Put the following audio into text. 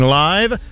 live